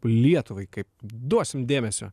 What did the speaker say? lietuvai kaip duosim dėmesio